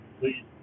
please